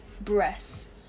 breasts